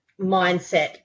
mindset